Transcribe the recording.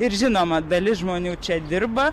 ir žinoma dalis žmonių čia dirba